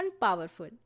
powerful